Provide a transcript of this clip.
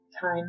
Time